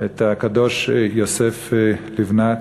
את הקדוש בן יוסף לבנת,